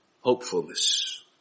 hopefulness